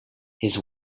his